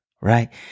right